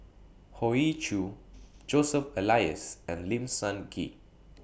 Hoey Choo Joseph Elias and Lim Sun Gee